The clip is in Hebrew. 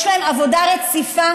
יש להם עבודה רציפה,